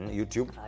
YouTube